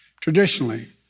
Traditionally